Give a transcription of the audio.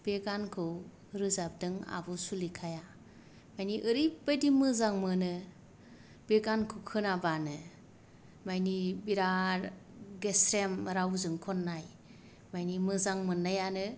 बे गानखौ रोजाबदों आब' सुलेखाया माने ओरैबायदि मोजां मोनो बे गानखौ खोनाबानो माने बिराद गेस्रेम रावजों खननाय माने मोजां मोननायानो